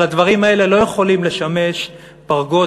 אבל הדברים האלה לא יכולים לשמש פרגוד